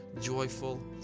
joyful